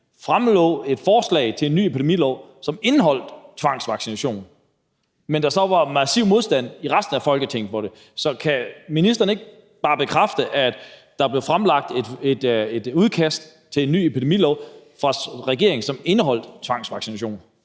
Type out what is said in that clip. fremlagde et forslag til en ny epidemilov, som indeholdt tvangsvaccination, og at der var massiv modstand i resten af Folketinget mod det. Så kan ministeren ikke bare bekræfte, at der blev fremlagt et udkast til en ny epidemilov fra regeringen, som indeholdt tvangsvaccination?